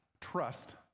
trust